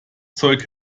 zeug